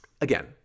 again